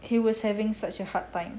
he was having such a hard time